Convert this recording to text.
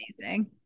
amazing